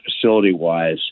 facility-wise